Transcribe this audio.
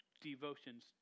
devotions